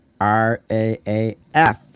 RAAF